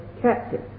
captive